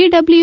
W